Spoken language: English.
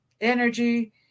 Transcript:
energy